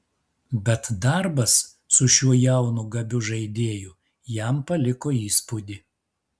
bet darbas su šiuo jaunu gabiu žaidėju jam paliko įspūdį